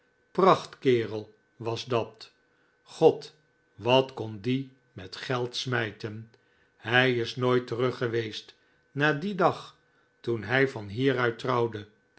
prachtkerel was dat god wat kon die met geld smijten hij is nooit teruggeweest na dien dag toen hij van hieruit trouwde